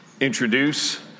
introduce